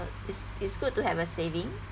it's it's good to have a saving